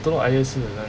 telok ayer 是哪里